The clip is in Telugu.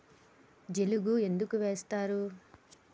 జిలుగు ఎందుకు ఏస్తరు?